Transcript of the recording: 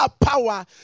power